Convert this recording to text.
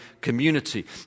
community